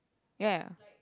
ya